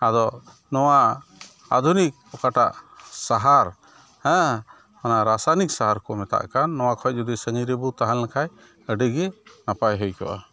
ᱟᱫᱚ ᱱᱚᱣᱟ ᱟᱫᱷᱩᱱᱤᱠ ᱚᱠᱟᱴᱟᱜ ᱥᱟᱦᱟᱨ ᱨᱟᱥᱟᱭᱱᱤᱠᱥᱟᱨ ᱠᱚ ᱢᱮᱛᱟᱜᱠᱟᱱ ᱱᱚᱣᱟ ᱠᱷᱚᱱ ᱡᱩᱫᱤ ᱥᱟᱺᱜᱤᱧᱨᱮᱵᱚ ᱛᱟᱦᱮᱸᱞᱮᱱ ᱠᱷᱟᱱ ᱟᱹᱰᱤᱜᱮ ᱱᱟᱯᱟᱭ ᱦᱩᱭᱠᱚᱜᱼᱟ